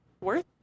worth